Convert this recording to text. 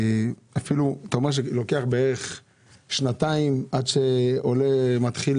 אתה אומר שלוקח כשנתיים עד שעולה מתחיל